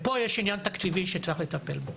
ופה יש עניין תקציבי שצריך לטפל בו.